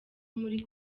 muri